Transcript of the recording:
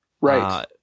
right